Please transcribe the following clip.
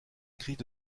grille